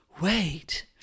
Wait